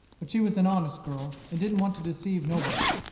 but she was an honest girl, and didn't want to deceive nobody.